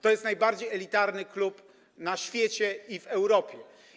To jest najbardziej elitarny klub na świecie i w Europie.